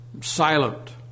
silent